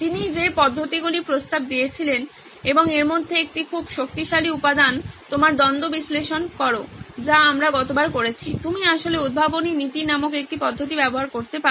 তিনি যে পদ্ধতিগুলি প্রস্তাব দিয়েছিলেন এবং এর মধ্যে একটি খুব শক্তিশালী উপাদান আপনার দ্বন্দ্ব বিশ্লেষণ করুন যা আমরা গতবার করেছি আপনি আসলে উদ্ভাবনী নীতি নামক একটি পদ্ধতি ব্যবহার করতে পারেন